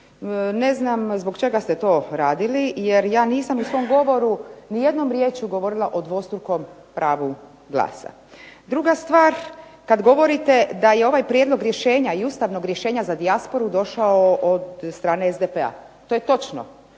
Ne znam zbog čega ste to radili, jer ja nisam u svom govoru ni jednom riječju govorila o dvostrukom pravu glasa. Druga stvar, kad govorite da je ovaj prijedlog rješenja i ustavnog rješenja za dijasporu došao od strane SDP-a. To je točno